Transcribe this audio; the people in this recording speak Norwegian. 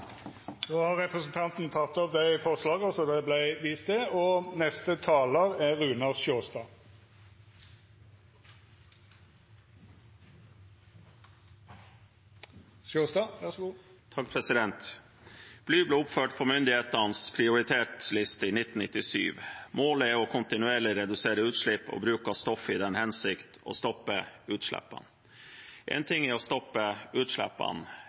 Representanten Une Bastholm har teke opp dei forslaga ho refererte til. Bly ble oppført på myndighetenes prioritetsliste i 1997. Målet er å kontinuerlig redusere utslipp og bruk av stoffet i den hensikt å stoppe utslippene. Én ting er å stoppe utslippene,